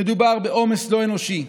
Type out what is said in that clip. מדובר בעומס לא אנושי.